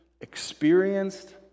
experienced